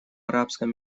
арабском